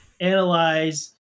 analyze